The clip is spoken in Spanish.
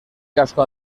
casco